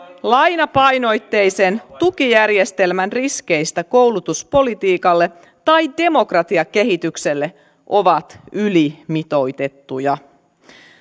lainapainotteisen tukijärjestelmän riskeistä koulutuspolitiikalle tai demokratiakehitykselle ovat ylimitoitettuja